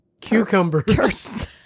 Cucumbers